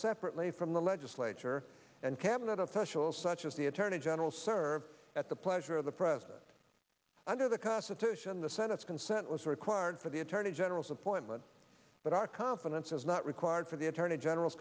separately from the legislature and cabinet officials such as the attorney general serves at the pleasure of the president under the constitution the senate's consent was required for the attorney general's appointment but our confidence is not required for the attorney general